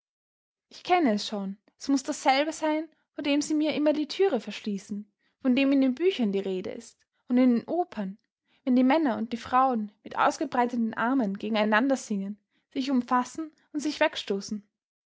ich kenne es schon es muß dasselbe sein vor dem sie mir immer die türe verschließen von dem in den büchern die rede ist und in den opern wenn die männer und die frauen mit ausgebreiteten armen gegeneinander singen sich umfassen und sich wegstoßen